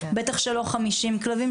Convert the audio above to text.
בטח שלא 50 כלבים,